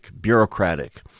bureaucratic